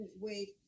wait